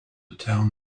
town